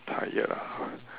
tired ah